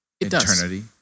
eternity